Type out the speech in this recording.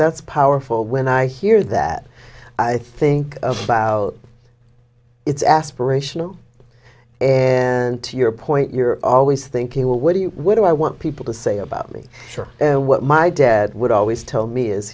that's powerful when i hear that i think about it's aspirational and to your point you're always thinking well what do you what do i want people to say about me what my dad would always tell me is